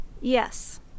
Yes